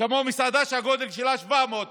כמו מסעדה שהגודל שלה 700 מטר?